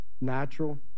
natural